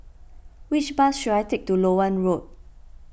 which bus should I take to Loewen Road